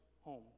home